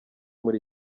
muri